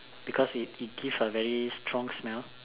because it it give a very strong smell